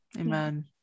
Amen